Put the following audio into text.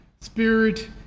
Spirit